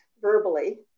verbally